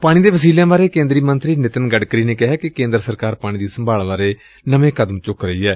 ਪਾਣੀ ਦੇ ਵਸੀਲਿਆਂ ਬਾਰੇ ਕੇਂਦਰੀ ਮੰਤਰੀ ਨਿਤਿਨ ਗਡਕਰੀ ਨੇ ਕਿਹੈ ਕਿ ਕੇਂਦਰ ਸਰਕਾਰ ਪਾਣੀ ਦੀ ਸੰਭਾਲ ਬਾਰੇ ਨਵੇਂ ਕਦਮ ਚੁੱਕ ਰਹੀ ਏ